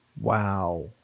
Wow